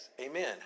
amen